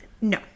No